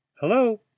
Hello